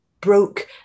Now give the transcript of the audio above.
broke